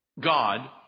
God